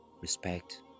respect